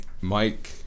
Mike